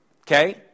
Okay